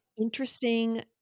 interesting